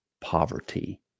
poverty